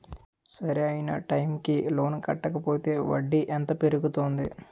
సరి అయినా టైం కి లోన్ కట్టకపోతే వడ్డీ ఎంత పెరుగుతుంది?